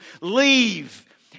Leave